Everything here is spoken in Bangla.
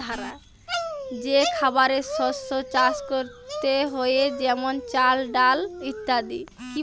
যে খাবারের শস্য চাষ করতে হয়ে যেমন চাল, ডাল ইত্যাদি